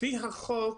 לפי החוק,